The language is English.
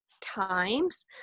times